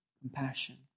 compassion